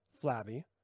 flabby